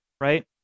right